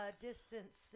distance